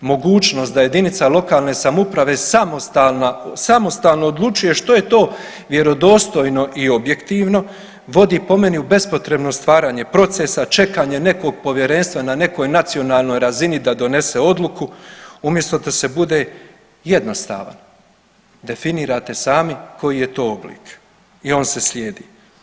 Mogućnost da jedinica lokalne samouprave samostalna, samostalno odlučuje što je to vjerodostojno i objektivno vodi po meni u bespotrebno stvaranje procesa, čekanje nekog povjerenstva na nekoj nacionalnoj razini da donese odluku umjesto da se bude jednostavan, definirate sami koji je to oblik i on se slijedi.